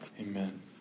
amen